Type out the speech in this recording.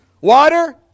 water